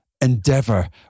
Endeavor